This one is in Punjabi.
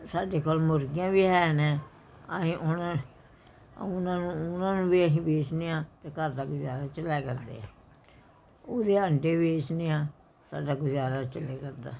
ਸਾਡੇ ਕੋਲ ਮੁਰਗੀਆਂ ਵੀ ਹਨ ਅਸੀਂ ਉਨ੍ਹਾਂ ਉਨ੍ਹਾਂ ਨੂੰ ਉਨ੍ਹਾਂ ਨੂੰ ਵੀ ਅਸੀਂ ਵੇਚਦੇ ਹਾਂ ਅਤੇ ਘਰ ਦਾ ਗੁਜ਼ਾਰਾ ਚਲਾਇਆ ਕਰਦੇ ਹਾਂ ਉਹਦੇ ਆਂਡੇ ਵੇਚਦੇ ਹਾਂ ਸਾਡਾ ਗੁਜ਼ਾਰਾ ਚਲਿਆ ਕਰਦਾ